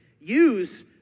use